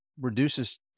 reduces